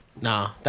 Nah